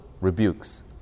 rebukes